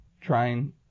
trying